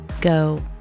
go